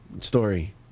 story